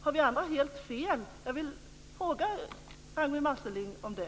Har vi andra helt fel? Jag vill fråga Ragnwi Marcelind om det.